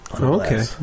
Okay